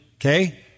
okay